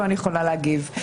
פה אני יכולה להגיב.